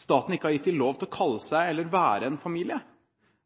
staten ikke har gitt dem lov til å kalle seg eller være en familie.